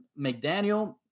McDaniel